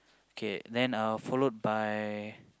okay then uh followed by